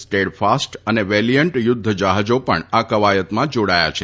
Steadfast તથા Valiant યુદ્રજફાજા પણ આ કવાયતમાં જાડાથા છે